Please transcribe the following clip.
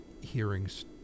hearings